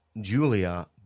Julia